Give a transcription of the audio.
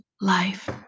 life